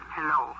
Hello